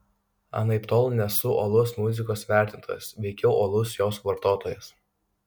anaiptol nesu uolus muzikos vertintojas veikiau uolus jos vartotojas